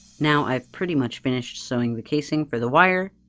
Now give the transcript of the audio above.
now i've pretty much finished sewing the casing for the wire.